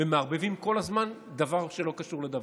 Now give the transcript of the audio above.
ומערבבים כל הזמן דבר שלא קשור לדבר.